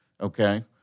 okay